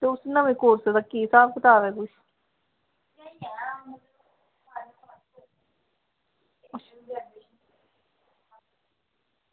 ते उस नमें कोर्स दा केह् स्हाब कताब ऐ